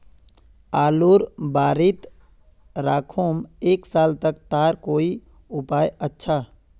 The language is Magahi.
आलूर बारित राखुम एक साल तक तार कोई उपाय अच्छा?